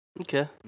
Okay